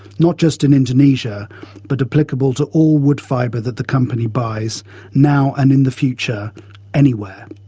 not just in indonesia but applicable to all woodfibre that the company buys now and in the future anywhere.